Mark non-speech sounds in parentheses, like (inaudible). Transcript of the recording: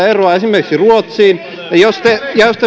(unintelligible) eroa esimerkiksi ruotsiin pitää pystyä pienentämään ja jos te